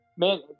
Man